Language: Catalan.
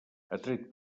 atret